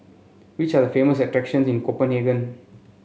which are the famous attractions in Copenhagen